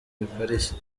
bikarishye